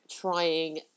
trying